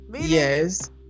yes